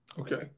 Okay